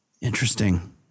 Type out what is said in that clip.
Interesting